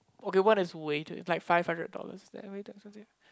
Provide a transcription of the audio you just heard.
okay what's weighted like five hundred dollars that was weighted or something